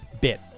bit